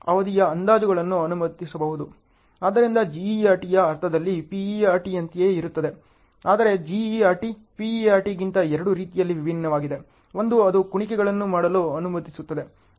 ಆದ್ದರಿಂದ GERT ಆ ಅರ್ಥದಲ್ಲಿ PERT ಯಂತೆಯೇ ಇರುತ್ತದೆ ಆದರೆ GERT PERT ಗಿಂತ ಎರಡು ರೀತಿಯಲ್ಲಿ ಭಿನ್ನವಾಗಿದೆ ಒಂದು ಅದು ಕುಣಿಕೆಗಳನ್ನು ಮಾಡಲು ಅನುಮತಿಸುತ್ತದೆ